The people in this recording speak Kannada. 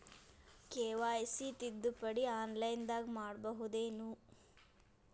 ಕೆ.ವೈ.ಸಿ ತಿದ್ದುಪಡಿ ಆನ್ಲೈನದಾಗ್ ಮಾಡ್ಬಹುದೇನು?